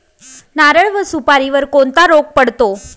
नारळ व सुपारीवर कोणता रोग पडतो?